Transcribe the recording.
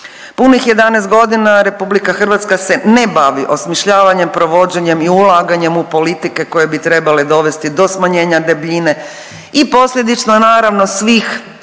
punih 11.g. RH se ne bavi osmišljavanjem, provođenjem i ulaganjem u politike koje bi trebale dovesti do smanjenja debljine i posljedično naravno svih